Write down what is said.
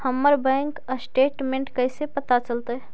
हमर bank statement कैसे पता चलतै?